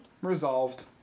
resolved